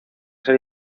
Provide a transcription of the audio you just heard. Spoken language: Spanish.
ser